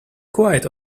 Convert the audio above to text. quite